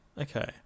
Okay